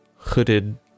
hooded